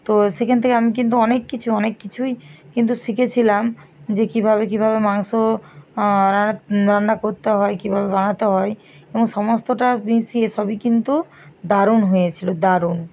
তো সেখান থেকে আমি কিন্তু অনেক কিছু অনেক কিছুই কিন্তু শিখেছিলাম যে কীভাবে কীভাবে মাংস রান্না করতে হয় কীভাবে বানাতে হয় এবং সমস্তটা মিশিয়ে সবই কিন্তু দারুণ হয়েছিল দারুণ